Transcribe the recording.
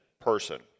person